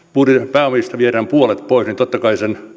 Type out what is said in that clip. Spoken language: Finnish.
pääomista viedään puolet pois niin totta kai sen